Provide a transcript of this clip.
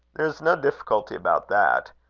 there is no difficulty about that.